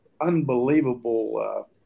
Unbelievable